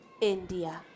India